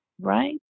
right